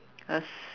us